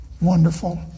wonderful